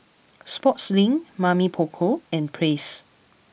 Sportslink Mamy Poko and Praise